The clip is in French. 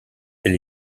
elle